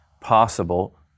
possible